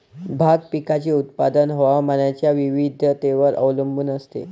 भाग पिकाचे उत्पादन हवामानाच्या विविधतेवर अवलंबून असते